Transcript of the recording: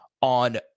on